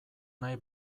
nahi